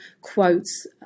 quotes